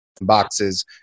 boxes